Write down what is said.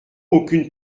aucune